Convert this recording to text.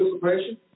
participation